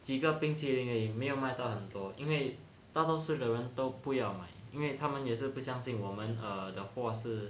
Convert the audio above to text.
几个冰淇淋而已没有买到很多因为大多数人都不要买因为他们也是不相信我们的货是